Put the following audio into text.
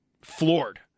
floored